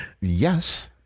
yes